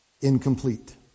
incomplete